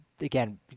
Again